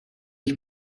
ich